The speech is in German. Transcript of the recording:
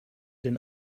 den